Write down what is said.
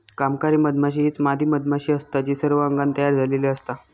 कामकरी मधमाशी हीच मादी मधमाशी असता जी सर्व अंगान तयार झालेली असता